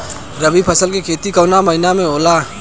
रवि फसल के खेती कवना महीना में होला?